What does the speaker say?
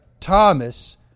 Thomas